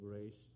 grace